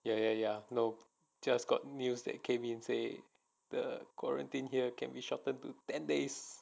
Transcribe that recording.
ya ya ya nope just got news that came in say the quarantine here can be shortened to ten days